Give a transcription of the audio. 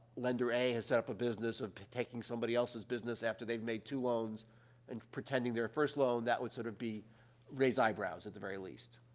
lender a has set up a business of taking somebody else's business after they've made two loans and pretending they're a first loan, that would sort of be raise eyebrows at the very least.